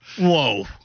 Whoa